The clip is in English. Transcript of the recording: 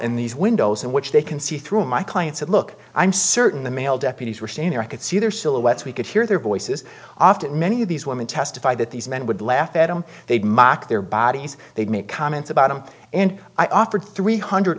in these windows in which they can see through my clients and look i'm certain the male deputies were seen or i could see their silhouettes we could hear their voices often many of these women testified that these men would laugh at them they'd mock their bodies they'd make comments about them and i offered three hundred